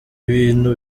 ibintu